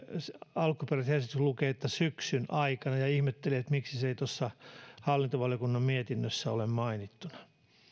alkuperäisessä esityksessä lukee että syksyn aikana ihmettelen miksi sitä ei tuossa hallintovaliokunnan mietinnössä ole mainittuna